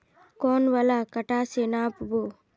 कौन वाला कटा से नाप बो?